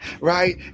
right